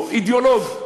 הוא אידיאולוג,